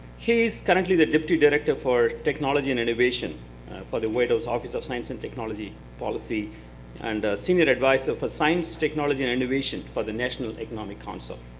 he is currently the deputy director for technology and innovation for the white house office of science and technology policy and senior advisor for science, technology, and innovation for the national economic council.